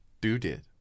Do-did